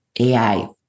AI